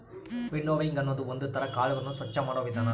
winnowing ಅನ್ನೋದು ಒಂದ್ ತರ ಕಾಳುಗಳನ್ನು ಸ್ವಚ್ಚ ಮಾಡೋ ವಿಧಾನ